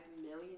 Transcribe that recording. million